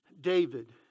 David